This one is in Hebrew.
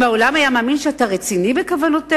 אם העולם היה מאמין שאתה רציני בכוונותיך?